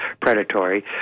predatory